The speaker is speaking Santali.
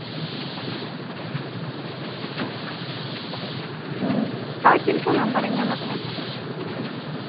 ᱛᱟᱣ ᱪᱮᱫᱞᱮᱠᱟ ᱱᱟᱢᱵᱟᱨᱮᱭ ᱧᱟᱢ ᱟᱠᱟᱫᱼᱟ